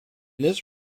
this